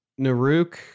Naruk